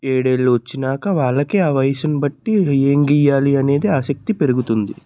ఏడేళ్లు వచ్చినాక వాళ్లకే ఆ వయస్సుని బట్టి ఏం గీయాలి అనేది ఆసక్తి పెరుగుతుంది